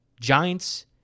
Giants